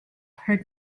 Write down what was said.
heard